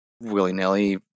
willy-nilly